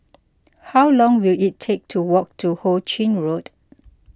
how long will it take to walk to Ho Ching Road